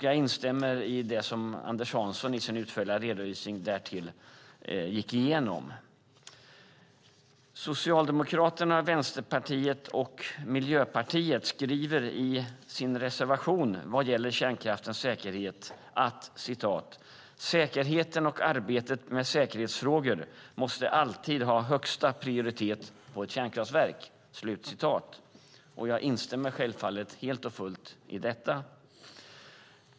Jag instämmer i det som Anders Hansson i sin utförliga redovisning gick igenom. Socialdemokraterna, Vänsterpartiet och Miljöpartiet skriver i sin motion vad gäller kärnkraftens säkerhet: "Säkerheten och arbetet med säkerhetsfrågor måste alltid ha högsta prioritet på ett kärnkraftverk." Jag instämmer självfallet helt och fullt i detta.